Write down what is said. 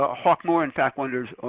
ah hawk moore in fact wonders,